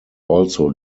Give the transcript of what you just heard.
also